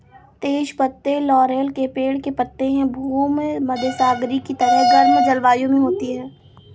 तेज पत्ते लॉरेल के पेड़ के पत्ते हैं भूमध्यसागरीय की तरह गर्म जलवायु में होती है